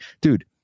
dude